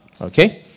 Okay